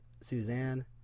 Suzanne